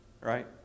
Right